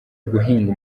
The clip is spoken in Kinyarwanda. guhinga